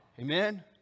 Amen